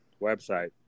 website